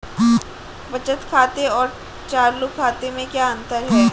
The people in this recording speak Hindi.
बचत खाते और चालू खाते में क्या अंतर है?